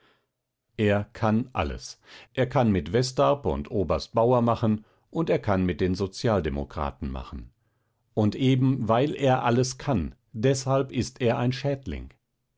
er kann alles er kann mit westarp und oberst bauer machen und er kann mit den sozialdemokraten machen und eben weil er alles kann deshalb ist er ein schädling